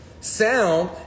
sound